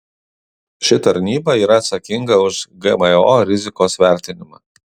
ši tarnyba yra atsakinga už gmo rizikos vertinimą